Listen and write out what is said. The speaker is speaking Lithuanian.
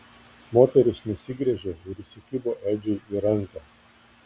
moteris nusigręžė ir įsikibo edžiui į ranką